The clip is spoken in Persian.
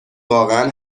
واقعا